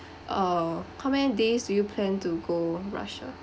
uh how many days you plan to go russia